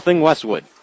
Westwood